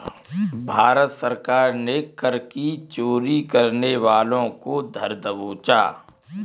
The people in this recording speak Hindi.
भारत सरकार ने कर की चोरी करने वालों को धर दबोचा